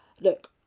Look